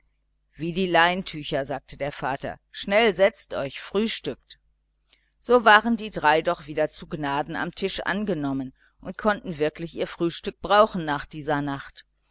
wie die leintücher sagte der vater schnell setzt euch frühstückt so waren die drei doch wieder zu gnaden am tisch angenommen und konnten wirklich ihr frühstück brauchen nach dieser nacht